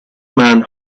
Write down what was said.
man